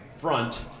front